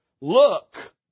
Look